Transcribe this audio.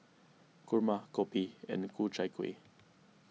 Kurma Kopi and Ku Chai Kueh